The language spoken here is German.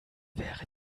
wäre